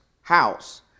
house